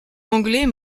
anglais